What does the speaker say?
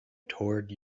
toward